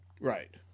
Right